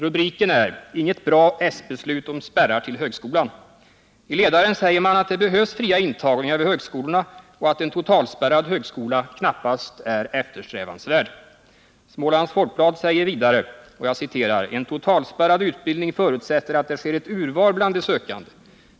Rubriken är: ”Inget bra s-beslut om spärrar till högskolan!” I ledaren säger man att det behövs fria intagningar vid högskolorna och att en totalspärrad högskola knappast är eftersträvansvärd. Smålands Folkblad säger vidare: ”En totalspärrad utbildning förutsätter att det sker ett urval bland de sökande.